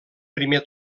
primer